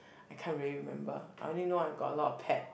I can't really remember I only know I got a lot of pet